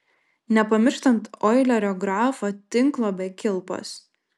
nepamirštant oilerio grafo tinklo be kilpos